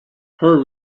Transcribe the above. her